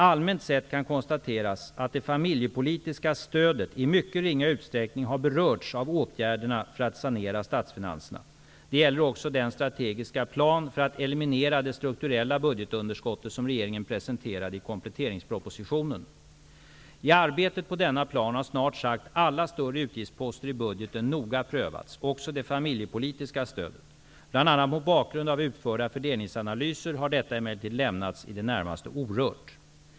Allmänt sett kan konstateras att det familjepolitiska stödet i mycket ringa utsträckning har berörts av åtgärderna för att sanera statsfinanserna. Det gäller också den strategiska plan för att eliminera det strukturella budgetunderskottet som regeringen presenterade i kompletteringspropositionen. I arbetet på denna plan har snart sagt alla större utgiftsposter i budgeten noga prövats, också det familjepolitiska stödet. Bl.a. mot bakgrund av utförda fördelningsanalyser har detta emellertid lämnats i det närmaste orört.